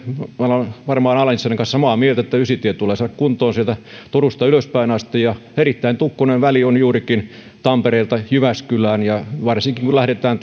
olemme varmaan ala nissilän kanssa samaa mieltä että ysitie tulee saada kuntoon turusta ylöspäin erittäin tukkoinen väli on juurikin tampereelta jyväskylään ja varsinkin kun lähdetään